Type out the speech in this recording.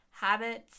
Habits